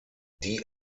die